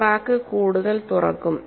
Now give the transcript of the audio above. crack കൂടുതൽ തുറക്കും